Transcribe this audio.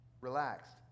relaxed